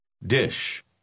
Dish